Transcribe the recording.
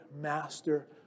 master